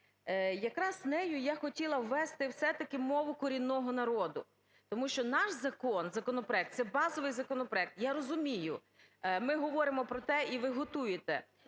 якраз нею я хотіла ввести все-таки мову корінного народу. Тому що наш закон, законопроект – це базовий законопроект. Я розумію, ми говоримо про те, і ви готуєте